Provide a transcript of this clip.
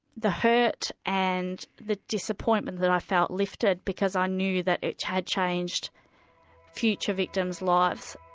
the hurt and the disappointment that i felt lifted, because i knew that it had changed future victims' lives.